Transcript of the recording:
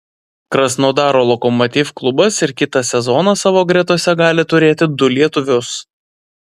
krasnodaro lokomotiv klubas ir kitą sezoną savo gretose gali turėti du lietuvius